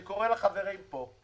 אני קורא לחברים פה,